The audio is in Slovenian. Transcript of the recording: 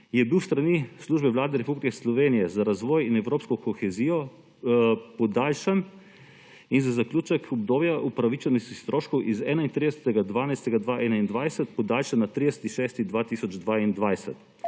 je bil s strani Službe Vlade Republike Slovenije za razvoj in evropsko kohezijo podaljšan, za zaključek obdobja upravičenosti stroškov z 31. 12. 2021 je podaljšan na 30. 6. 2022.